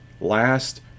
last